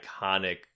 iconic